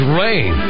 rain